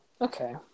Okay